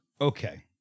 Okay